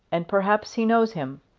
and perhaps he knows him.